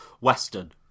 western